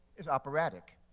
is operatic